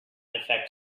effect